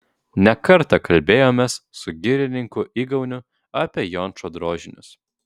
ne kartą kalbėjomės su girininku igauniu apie jončo drožinius